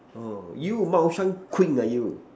orh you 猫山 queen ah you